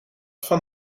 van